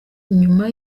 nyuma